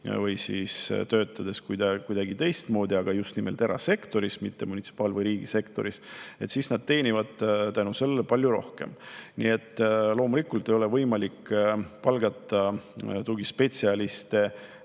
või töötades kuidagi teistmoodi, aga just nimelt erasektoris, mitte munitsipaal‑ või riigisektoris, siis nad teenivad palju rohkem. Loomulikult ei ole võimalik palgata tugispetsialiste